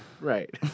Right